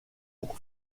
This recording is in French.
pour